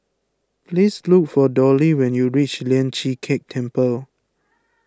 please look for Dolly when you reach Lian Chee Kek Temple